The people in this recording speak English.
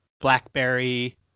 Blackberry